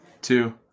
two